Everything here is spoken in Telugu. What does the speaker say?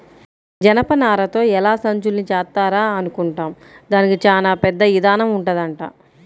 జనపనారతో ఎలా సంచుల్ని తయారుజేత్తారా అనుకుంటాం, దానికి చానా పెద్ద ఇదానం ఉంటదంట